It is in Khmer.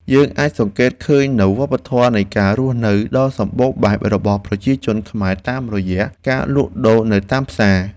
យើងអាចសង្កេតឃើញនូវវប្បធម៌នៃការរស់នៅដ៏សម្បូរបែបរបស់ប្រជាជនខ្មែរតាមរយៈការលក់ដូរនៅតាមផ្សារ។